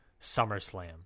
SummerSlam